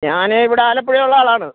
ഞാൻ ഇവിടെ ആലപ്പുഴയിൽ ഉള്ള ആളാണ്